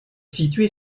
située